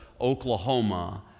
Oklahoma